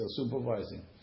supervising